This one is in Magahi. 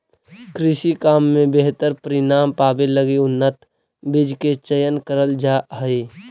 कृषि काम में बेहतर परिणाम पावे लगी उन्नत बीज के चयन करल जा हई